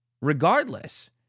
regardless